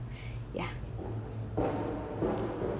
ya